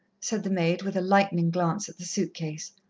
said the maid, with a lightning glance at the suit-case.